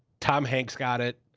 tom hanks got it.